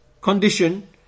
condition